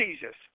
Jesus